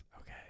Okay